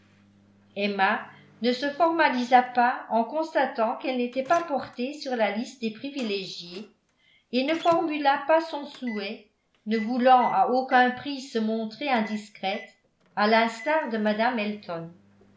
emma ne se formalisa pas en constatant qu'elle n'était pas portée sur la liste des privilégiées et ne formula pas son souhait ne voulant à aucun prix se montrer indiscrète à l'instar de mme elton